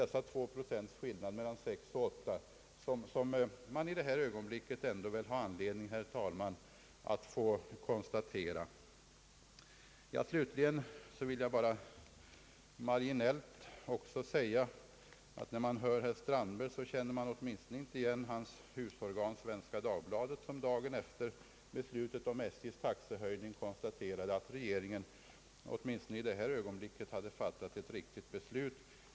Slutligen vill jag — också denna gång bara marginellt — tillägga att när man hör herr Strandberg så känner man inte igen hans husorgan Svenska Dagbladet, som dagen efter beslutet om SJ:s taxehöjning konstaterade att regeringen åtminstone i det ögonblicket fattade ett riktigt beslut.